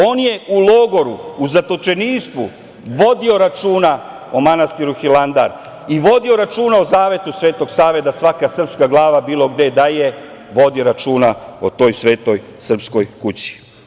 On je u logoru u zatočeništvu vodio računa o manastiru Hilandar i vodio računa o zavetu Svetog Save da svaka srpska glava bilo gde da je vodi računa o toj svetoj srpskoj kući.